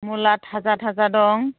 मुला थाजा थाजा दं